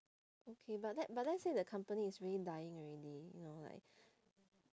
okay but let but let's say the company is really dying already you know like